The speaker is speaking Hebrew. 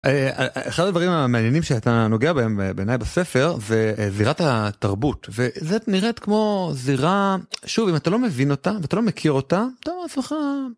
אחד הדברים המעניינים שאתה נוגע בהם בעיניי בספר זה זירת התרבות וזאת נראית כמו זירה שוב אם אתה לא מבין אותה ואתה לא מכיר אותה, אתה אומר לעצמך.